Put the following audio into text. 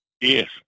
Yes